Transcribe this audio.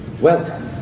welcome